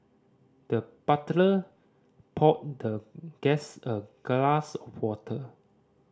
the butler poured the guest a glass of water